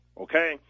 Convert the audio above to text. okay